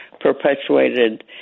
perpetuated